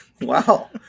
Wow